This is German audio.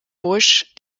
busch